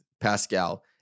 Pascal